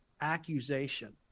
accusation